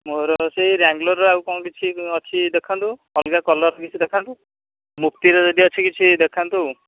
ମୋର ସେଇ ରାଙ୍ଗଲୋର୍ର ଆଉ କ'ଣ କିଛି ଅଛି ଦେଖାନ୍ତୁ ଅଲଗା କଲର୍ କିଛି ଦେଖାନ୍ତୁ ମୁଫ୍ତିର ଯଦି କିଛି ଅଛି ଦେଖାନ୍ତୁ